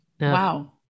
wow